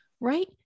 right